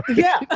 yeah.